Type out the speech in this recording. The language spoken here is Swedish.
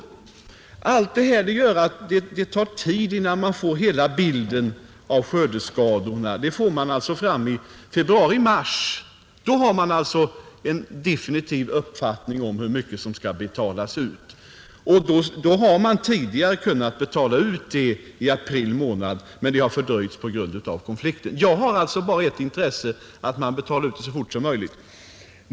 Allt detta gör att det dröjer innan man får fram hela bilden av skördeskadornas omfattning, I februari-mars har man en definitiv uppfattning om hur mycket som skall betalas ut. Tidigare har utbetalningarna kunnat göras i april månad, men det har fördröjts i år på grund av konflikten. Mitt enda intresse är att utbetalning sker så fort som möjligt.